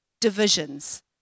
divisions